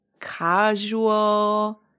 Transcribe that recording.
casual